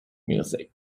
music